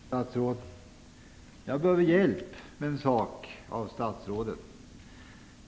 Fru talman! Jag behöver hjälp med en sak av statsrådet.